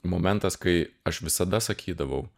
momentas kai aš visada sakydavau